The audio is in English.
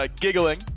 giggling